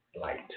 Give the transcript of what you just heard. light